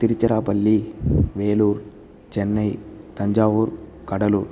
Tiruchirappalli Vellore Chennai Thanjavur Cuddalore